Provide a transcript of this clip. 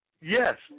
Yes